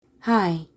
hi